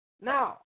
Now